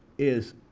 is